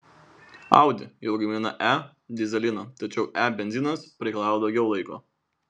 audi jau gamina e dyzeliną tačiau e benzinas pareikalavo daugiau laiko